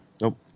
Nope